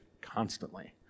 constantly